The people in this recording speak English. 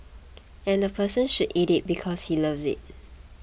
and the person should eat it because he loves it